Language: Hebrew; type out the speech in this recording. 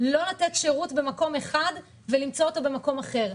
לא לתת שירות במקום אחד כדי למצוא אותו במקום אחר.